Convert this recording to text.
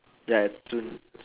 ya it's soon